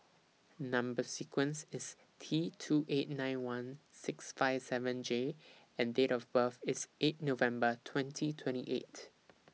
Number sequence IS T two eight nine one six five seven J and Date of birth IS eight November twenty twenty eight